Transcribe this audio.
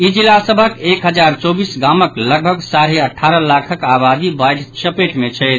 ई जिला सभक एक हजार चौबीस गामक लगभग साढ़े अठारह लाखक आबादी बाढ़ि चपेट मे छथि